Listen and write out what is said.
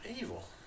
Evil